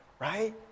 Right